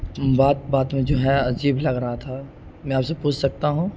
بات بات میں جو ہے عجیب لگ رہا تھا میں آپ سے پوچھ سکتا ہوں